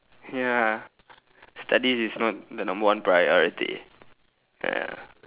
ya studies is not the number one priority ya